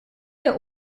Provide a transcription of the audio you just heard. der